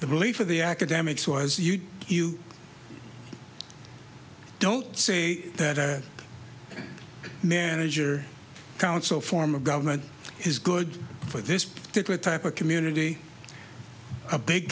the belief of the academics was you don't say that a manager council form of government is good for this particular type of community a big